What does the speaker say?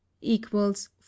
equals